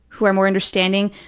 who are more understanding,